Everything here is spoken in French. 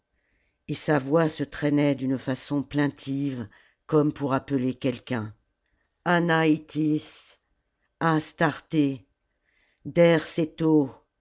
et sa voix se traînait d'une façon plaintive comme pour appeler quelqu'un anaïtis astarté derceto